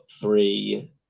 three